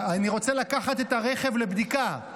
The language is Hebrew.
אני רוצה לקחת את הרכב לבדיקה,